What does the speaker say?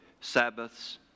Sabbaths